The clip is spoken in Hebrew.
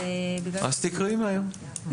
אז תקראי מהר.